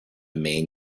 main